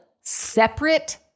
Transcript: separate